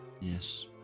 Yes